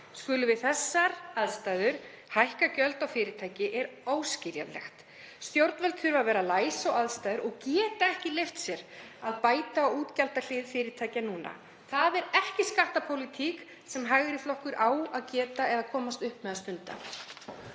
skuli við þessar aðstæður hækka gjöld á fyrirtæki er óskiljanlegt. Stjórnvöld þurfa að vera læs á aðstæður og geta ekki leyft sér að bæta á útgjaldahlið fyrirtækja núna. Það er ekki skattapólitík sem hægri flokkur á að geta eða komast upp með að stunda.